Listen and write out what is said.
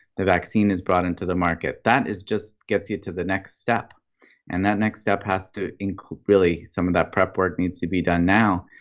the vaccine is brought into the market. that is just gets you to the next step and that next step has to really some of that prep work needs to be done now.